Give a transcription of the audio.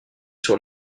sur